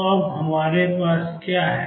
तो अब हमारे पास क्या है